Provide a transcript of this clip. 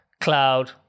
cloud